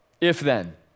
If-then